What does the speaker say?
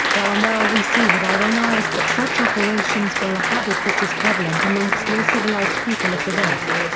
while now we see with our own eyes that such operations were a habit which is prevalent amongst all civilized people of the west.